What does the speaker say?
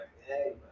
Hey